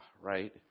right